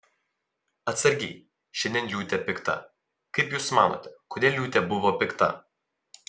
atsargiai šiandien liūtė pikta kaip jūs manote kodėl liūtė buvo pikta